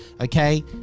okay